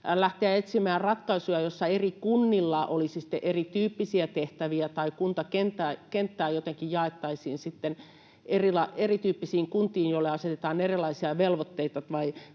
lähteä etsimään ratkaisua, jossa eri kunnilla olisi sitten erityyppisiä tehtäviä tai kuntakenttää jotenkin jaettaisiin sitten eri lailla erityyppisiin kuntiin, joille asetetaan erilaisia velvoitteita,